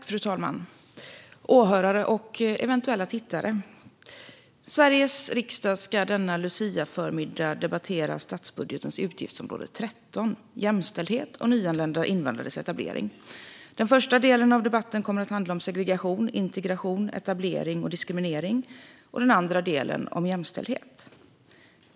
Fru talman, åhörare och eventuella tittare! Sveriges riksdag ska denna luciaförmiddag debattera statsbudgetens utgiftsområde 13, Jämställdhet och nyanlända invandrares etablering. Den första delen av debatten kommer att handla om segregation, integration, etablering och diskriminering och den andra delen om jämställdhet.